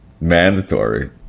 mandatory